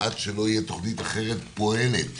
עד שלא תהיה תוכנית פועלת אחרת.